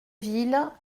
ville